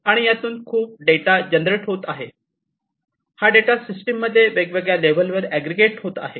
आणि यातून खूप डेटा जनरेट होत आहे हा डेटा सिस्टीम मध्ये वेगवेगळ्या लेवलवर अग्रिगेट होत आहे